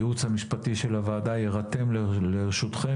שהייעוץ המשפטי של הוועדה יירתם לרשותכם.